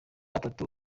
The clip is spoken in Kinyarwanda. atatu